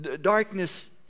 darkness